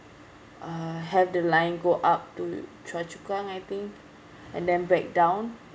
uh have the line go up to choa-chu-kang I think and then break down